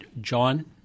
john